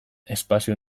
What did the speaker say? espazio